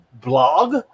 blog